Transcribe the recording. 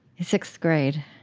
sixth grade.